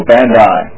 Bandai